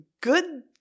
good